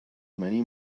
many